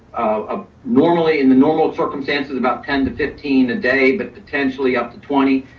ah normally in the normal circumstances about ten to fifteen a day, but potentially up to twenty,